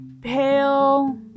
pale